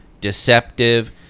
deceptive